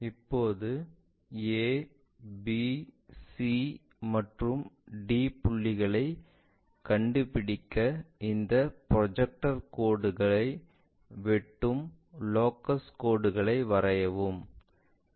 இப்போது a b c மற்றும் d புள்ளிகளைக் கண்டுபிடிக்க இந்த ப்ரொஜெக்டர் கோடுகளை வெட்டும் லோகஸ் கோடுகளை வரையவும்